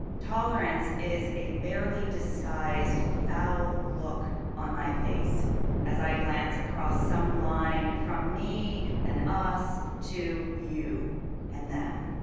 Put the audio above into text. tolerance is a barely disguised foul look on my face as i glance across some line from me and us to you and them.